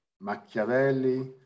Machiavelli